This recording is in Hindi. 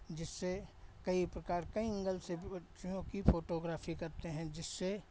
जिससे कई प्रकार के कई एंगल से पक्षियों की फोटोग्राफी करते हैं जिससे